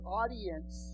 audience